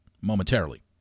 momentarily